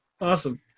Awesome